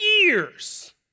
years